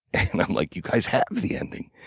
and i'm like, you guys have the ending.